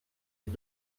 die